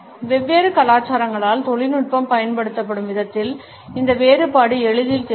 வெவ்வேறு கலாச்சாரங்களால் தொழில்நுட்பம் பயன்படுத்தப்படும் விதத்தில் இந்த வேறுபாடு எளிதில் தெரியும்